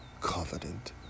covenant